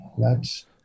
That's-